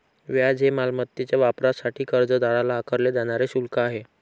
व्याज हे मालमत्तेच्या वापरासाठी कर्जदाराला आकारले जाणारे शुल्क आहे